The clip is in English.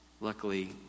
Luckily